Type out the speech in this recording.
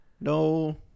No